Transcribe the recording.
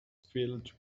filled